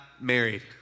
married